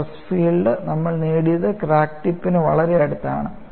stress field നമ്മൾ നേടിയത് crack ടിപ്പിന് വളരെ അടുത്താണ്